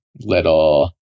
little